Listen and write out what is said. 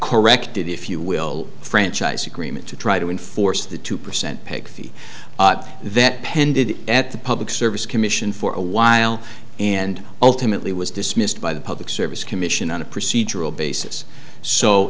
corrected if you will franchise agreement to try to enforce the two percent paid fees that penn did at the public service commission for a while and ultimately was dismissed by the public service commission on a procedural basis so